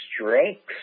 strengths